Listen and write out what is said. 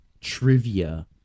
trivia